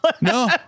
No